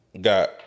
got